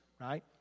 right